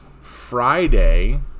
Friday